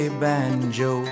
banjo